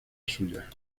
suya